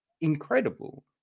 incredible